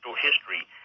history